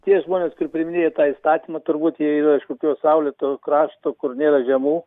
tie žmonės kur priiminėjo tą įstatymą turbūt jie yra iš kokio saulėto krašto kur nėra žiemų